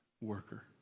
worker